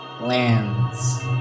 lands